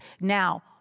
now